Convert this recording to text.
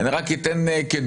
אני רק אביא דוגמה,